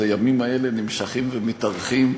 אז הימים האלה נמשכים ומתארכים,